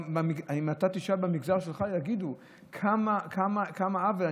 אם אתה תשאל במגזר שלך יגידו כמה עוול.